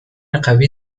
قوی